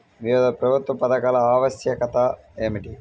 వివిధ ప్రభుత్వ పథకాల ఆవశ్యకత ఏమిటీ?